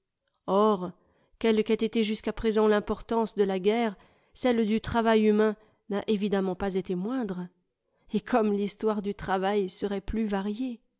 or quelle qu'ait été jusqu'il présent l'importance de la guerre celle du travail humain n'a évidemment pas été moindre et comme l'histoire du travail serait plus variée